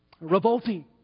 Revolting